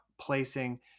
placing